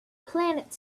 planet